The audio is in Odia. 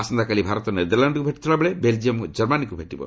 ଆସନ୍ତାକାଲି ଭାରତ ନେଦରଲ୍ୟାଣ୍ଡକୁ ଭେଟୁଥିଲାବେଳେ ବେଲ୍ଜିୟମ୍ କର୍ମାନୀକୁ ଭେଟିବ